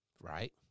Right